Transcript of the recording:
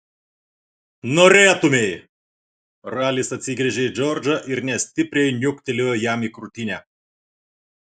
norėtumei ralis atsigręžė į džordžą ir nestipriai niuktelėjo jam į krūtinę